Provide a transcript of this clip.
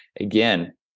Again